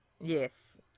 Yes